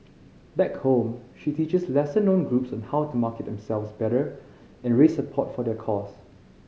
back home she teaches lesser known groups on how to market themselves better and raise support for their cause